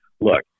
look